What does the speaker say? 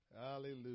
Hallelujah